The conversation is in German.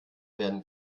werden